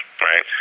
right